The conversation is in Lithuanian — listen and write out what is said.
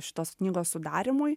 šitos knygos sudarymui